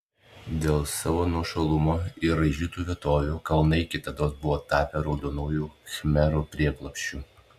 dėl savo nuošalumo ir raižytų vietovių kalnai kitados buvo tapę raudonųjų khmerų prieglobsčiu